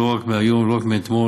לא רק מהיום ולא רק מאתמול,